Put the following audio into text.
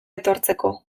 etortzeko